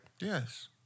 Yes